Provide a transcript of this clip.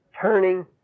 turning